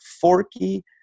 forky